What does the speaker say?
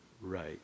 right